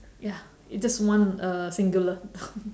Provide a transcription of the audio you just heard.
ya it just one uh singular